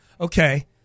Okay